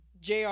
JR